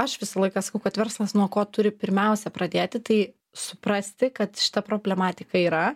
aš visą laiką sakau kad verslas nuo ko turi pirmiausia pradėti tai suprasti kad šita problematika yra